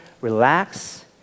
relax